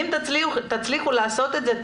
אם תצליחו לעשות את זה,